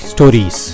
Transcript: Stories